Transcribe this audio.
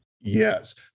Yes